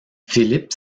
philippe